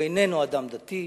הוא איננו אדם דתי,